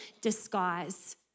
disguise